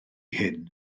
hyn